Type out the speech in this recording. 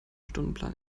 stundenplan